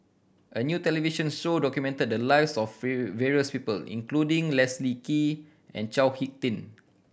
a new television show documented the lives of various people including Leslie Kee and Chao Hick Tin